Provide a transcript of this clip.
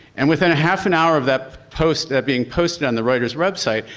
and within half an hour of that post being posted on the reuter's website,